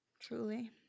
truly